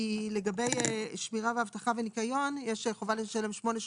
כי לגבי שמירה ואבטחה וניקיון יש חובה לשלם שמונה ושליש.